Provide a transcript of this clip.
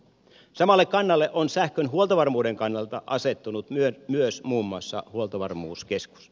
samalle kannalle on sähkön huoltovarmuuden kannalta asettunut myös muun muassa huoltovarmuuskeskus